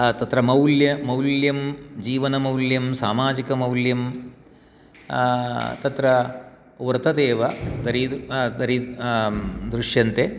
तत्र मौल्ल्य मौल्यं जीवनमौल्यं सामाजिकमौल्यं तत्र वर्तते एव दृश्यन्ते